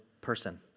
person